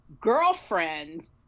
girlfriend